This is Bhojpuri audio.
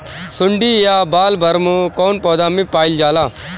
सुंडी या बॉलवर्म कौन पौधा में पाइल जाला?